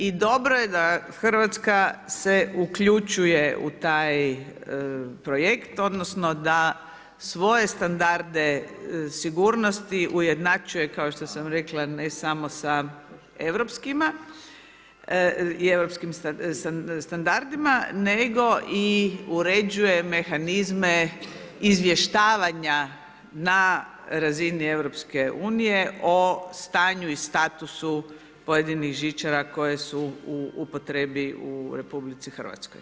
I dobro je da Hrvatska se uključuje u taj projekt, odnosno, da svoje standarde sigurnosti, ujednačuje kao što sam rekla, ne samo sa europskima i europskim standardima, nego i uređuje mehanizme, izvještavanja na razini EU, o stanju i statusu pojedinih žičara koje su u upotrebi u RH.